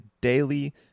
daily